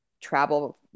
travel